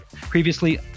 Previously